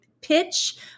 pitch